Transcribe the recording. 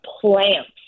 plants